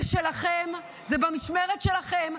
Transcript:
זה שלכם, זה במשמרת שלכם.